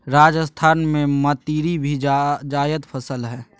राजस्थान में मतीरी भी जायद फसल हइ